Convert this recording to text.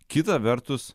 kita vertus